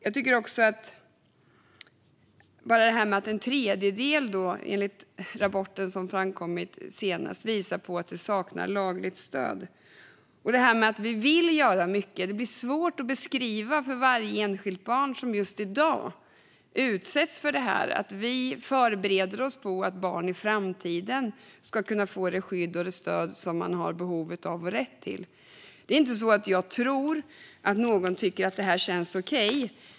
Ta bara det här som har framkommit i senaste rapporten som exempel när det gäller att det för en tredjedel saknas lagligt stöd. I fråga om att vi vill göra mycket blir det svårt att beskriva för varje enskilt barn som just i dag utsätts för det här att vi förbereder för att barn i framtiden ska kunna få det skydd och stöd som de har behov av och rätt till. Jag tror inte att någon tycker att det här känns okej.